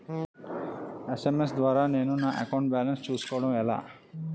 SMS ద్వారా నేను నా అకౌంట్ బాలన్స్ చూసుకోవడం ఎలా?